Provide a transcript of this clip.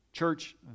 Church